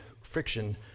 friction